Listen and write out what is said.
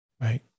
right